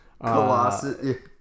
Colossus